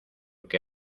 que